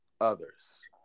others